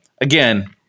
Again